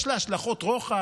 יש לזה השלכות רוחב,